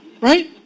right